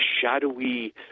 shadowy